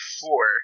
four